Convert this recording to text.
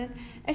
mm